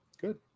Good